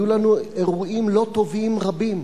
יהיו לנו אירועים לא טובים רבים,